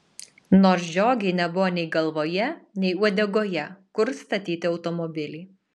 nors žiogei nebuvo nei galvoje nei uodegoje kur statyti automobilį